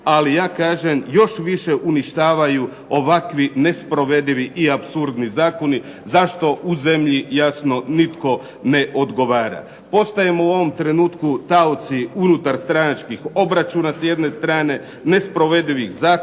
ali ja kažem još više uništavaju ovakvi nesprovedivi i apsurdni zakoni za što u zemlji jasno nitko ne odgovara. Postajemo u ovom trenutku taoci unutarstranačkih obračuna s jedne strane, nesprovedivih zakona,